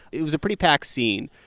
it was a pretty packed scene.